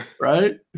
right